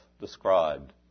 described